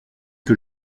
que